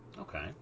Okay